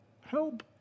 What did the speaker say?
help